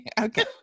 Okay